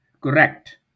Correct